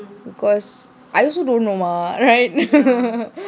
because I also don't know mah right